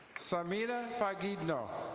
samida fagindno.